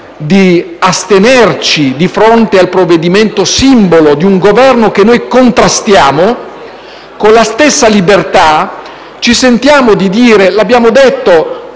di astenerci di fronte al provvedimento simbolo di un Governo che noi contrastiamo, con la stessa libertà ci sentiamo di dire - l'abbiamo già detto